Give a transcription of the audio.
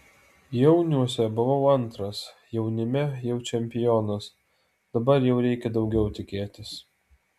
jauniuose buvau antras jaunime jau čempionas dabar jau reikia daugiau tikėtis